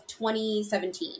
2017